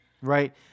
right